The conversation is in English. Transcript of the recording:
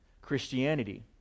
Christianity